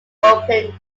opening